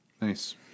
Nice